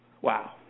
Wow